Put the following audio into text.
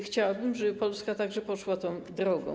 Chciałabym, żeby Polska także poszła tą drogą.